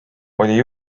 oli